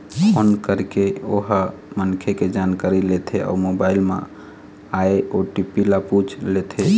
phone करके ओ ह मनखे के जानकारी लेथे अउ मोबाईल म आए ओ.टी.पी ल पूछ लेथे